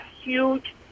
huge